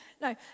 no